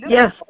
Yes